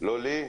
לא לי,